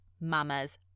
mamas